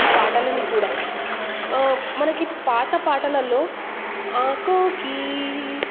ఈ పాటలని కూడా మనకి పాత పాటలలో ఆఖొంకీ